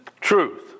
truth